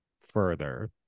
further